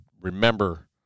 remember